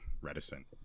reticent